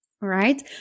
right